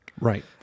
Right